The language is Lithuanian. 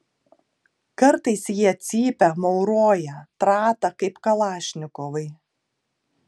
kartais jie cypia mauroja trata kaip kalašnikovai